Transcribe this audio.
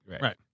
Right